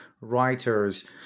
writers